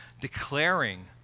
declaring